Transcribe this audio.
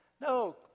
No